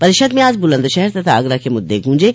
परिषद में आज बुलंदशहर तथा आगरा के मुद्दे गूजे